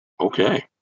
Okay